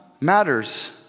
matters